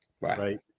right